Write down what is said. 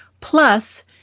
plus